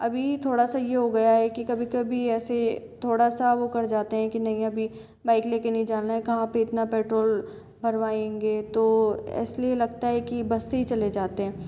अभी थोड़ा सा यह हो गया है की कभी कभी ऐसे थोड़ा सा वह कर जाते है की नहीं अभी बाइक लेकर नहीं जाना है कहाँ पर इतना पेट्रोल भरवाएँगे तो इसलिए लगता है की बस से ही चल जाते हैं